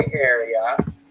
area